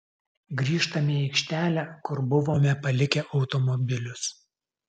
grįžtame į aikštelę kur buvome palikę automobilius